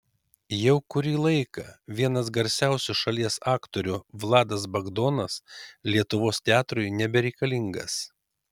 jau kurį laiką vienas garsiausių šalies aktorių vladas bagdonas lietuvos teatrui nebereikalingas